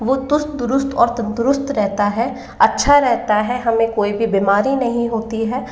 वो चुस्त दुरुस्त और तंदुरुस्त रहता है अच्छा रहता है हमें कोई भी बीमारी नहीं होती है